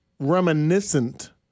Reminiscent